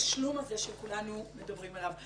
התשלום הזה שכולנו מדברים עליו.